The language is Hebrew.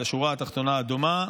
לשורה התחתונה דומה,